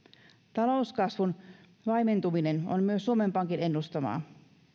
talouskasvun vaimentuminen on myös suomen pankin ennustama